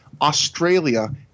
Australia